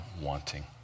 wanting